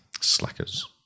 slackers